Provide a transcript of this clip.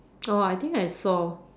oh I think I saw